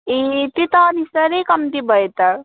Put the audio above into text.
ए त्यो त अनि साह्रै कम्ती भयो त